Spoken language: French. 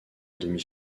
demi